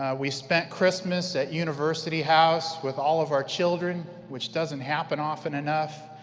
ah we spent christmas at university house with all of our children, which doesn't happen often enough,